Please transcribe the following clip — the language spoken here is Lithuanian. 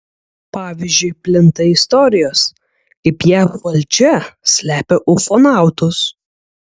pavyzdžiui plinta istorijos kaip jav valdžia slepia ufonautus